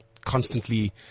constantly